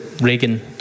Reagan